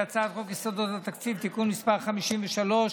את הצעת חוק יסודות התקציב (תיקון מס' 53),